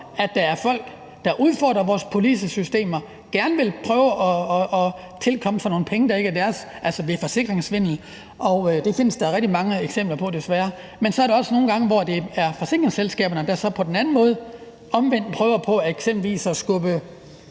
at der er folk, der udfordrer vores policesystemer, og som gerne vil prøve, at der tilegne dem nogle penge, der er ikke deres, altså ved forsikringssvindel, og det findes der desværre rigtig mange eksempler på. Men så er der også nogle gange, hvor det er forsikringsselskaberne, der eksempelvis omvendt prøver på at skubbe